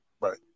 Right